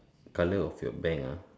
colour of your bank ah